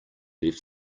left